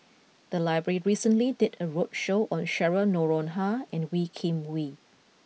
the library recently did a roadshow on Cheryl Noronha and Wee Kim Wee